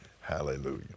Hallelujah